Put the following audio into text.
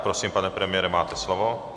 Prosím, pane premiére, máte slovo.